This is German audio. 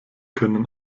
können